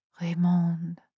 Raymond